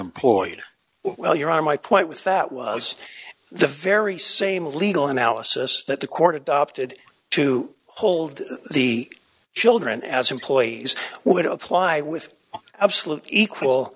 employed well your are my point with that was the very same legal analysis that the court adopted to hold the children as employees would apply with absolute equal